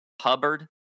Hubbard